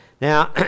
Now